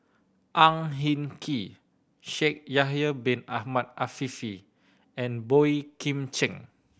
Ang Hin Kee Shaikh Yahya Bin Ahmed Afifi and Boey Kim Cheng